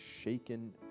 shaken